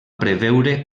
preveure